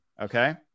Okay